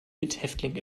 mithäftling